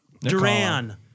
Duran